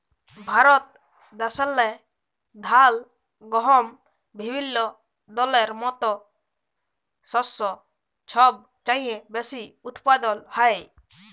ভারত দ্যাশেল্লে ধাল, গহম বিভিল্য দলের মত শস্য ছব চাঁয়ে বেশি উৎপাদল হ্যয়